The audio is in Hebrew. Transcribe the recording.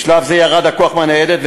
בשלב זה ירד הכוח מהניידת,